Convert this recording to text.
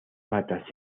patas